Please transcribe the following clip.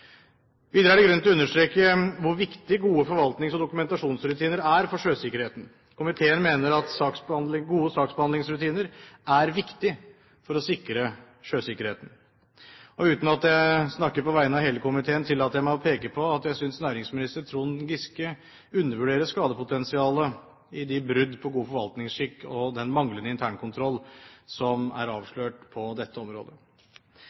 Videre er det grunn til å understreke hvor viktig gode forvaltnings- og dokumentasjonsrutiner er for sjøsikkerheten. Komiteen mener at gode saksbehandlingsrutiner er viktig for å sikre sjøsikkerheten. Uten at jeg snakker på vegne av hele komiteen, tillater jeg meg å peke på at jeg synes næringsminister Trond Giske undervurderer skadepotensialet i de brudd på god forvaltningsskikk og den manglende internkontroll som er avslørt på dette området.